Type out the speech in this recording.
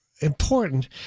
important